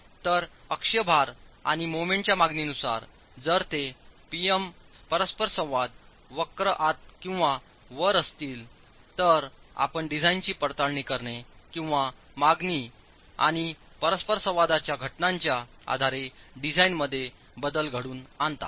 तर अक्षीय भार आणि मोमेंटच्या मागणीनुसार जर ते P M परस्पर संवाद वक्र आत किंवा वर असतील तर आपण डिझाइनची पडताळणी करणे किंवा मागणी आणि परस्परसंवादाच्या घटनेच्या आधारे डिझाइनमध्ये बदल घडवून आणता